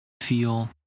Feel